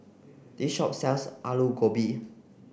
this shop sells Alu Gobi